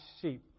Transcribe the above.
sheep